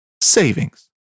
savings